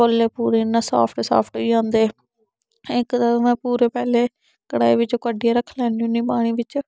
पल्ले इ'यां पूरे साफ्ट साफ्ट होई जंदे इक ते मैं पूरे पैह्ले कढ़ाई बिच्चूं कड्डियै रक्खी लैन्नी होन्नी पानी बिच्च